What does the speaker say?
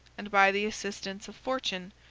and by the assistance of fortune,